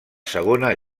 segona